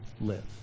Live